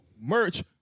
merch